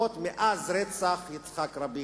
מאז רצח יצחק רבין,